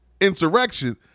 insurrection